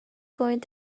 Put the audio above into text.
going